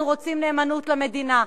אנחנו רוצים נאמנות למדינה,